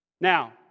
Now